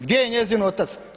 Gdje je njezin otac?